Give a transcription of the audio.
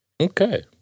Okay